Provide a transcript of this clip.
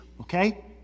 okay